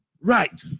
Right